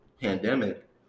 pandemic